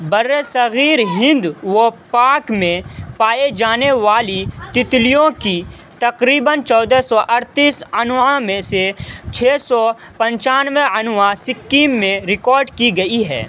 برِّ صغیر ہند و پاک میں پائے جانے والی تتلیوں کی تقریباً چودہ سو اڑتیس انواع میں سے چھ سو پنچانوے انواع اسکیم میں ریکارڈ کی گئی ہے